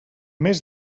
mes